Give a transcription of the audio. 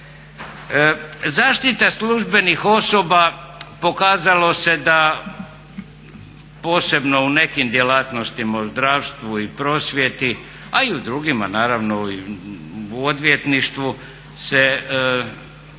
Zaštita službenih osoba pokazalo se da posebno u nekim djelatnostima, u zdravstvu i prosvjeti, a i u drugima naravno, u odvjetništvu se osobe